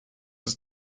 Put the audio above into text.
ist